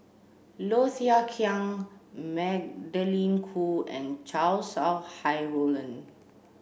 Low Thia Khiang Magdalene Khoo and Chow Sau Hai Roland